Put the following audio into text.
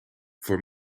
voor